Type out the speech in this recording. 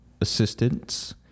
assistance